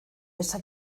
esa